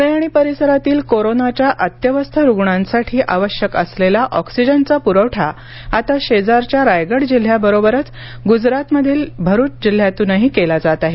प्णे आणि परिसरातील कोरोनाच्या अत्यवस्थ रुग्णांसाठी आवश्यक असलेला ऑक्सिजनचा प्रवठा आता शेजारच्या रायगड जिल्ह्याबरोबरच गुजरात मधील भरूच जिल्ह्यातूनही केला जात आहे